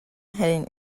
heading